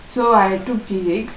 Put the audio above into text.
so I took physics